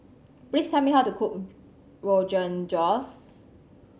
please tell me how to cook Rogan Josh